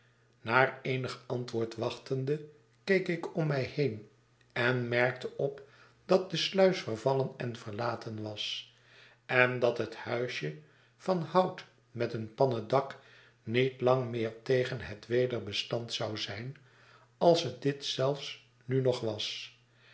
naar eenig antwoord wachtende keek ik om mij heen en merkte op dat de sluis vervallen en verlaten was en dat het huisje van hout met een pannen dak niet lang meer tegen het weder bestand zou zijn als het dit zelfs nu nog was